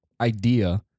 idea